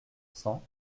cents